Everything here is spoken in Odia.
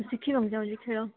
ଶିଖିବାକୁ ଯାଉଛି ଖେଳ